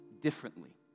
differently